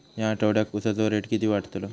या आठवड्याक उसाचो रेट किती वाढतलो?